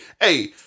Hey